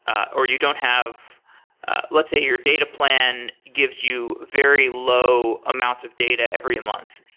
or you don't have let's say your data plan gives you very low amounts of data every month.